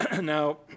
Now